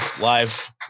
live